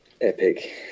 epic